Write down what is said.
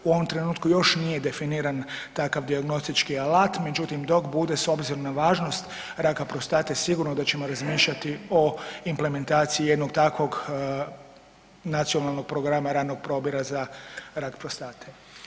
U ovom trenutku još nije definiran takav dijagnostički alat, međutim dok bude s obzirom na važnost raka prostate sigurno da ćemo razmišljati o implementaciji jednog takvog Nacionalnog programa ranog probira za rak prostate.